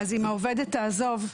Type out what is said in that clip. אם העובדת תעזוב,